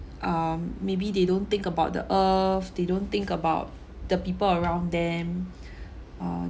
um maybe they don't think about the earth they don't think about the people around them uh